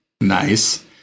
Nice